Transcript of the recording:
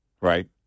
right